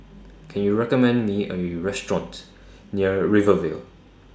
Can YOU recommend Me A U Restaurant near Rivervale